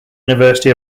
university